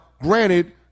granted